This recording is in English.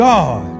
God